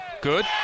good